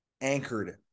anchored